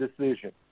decision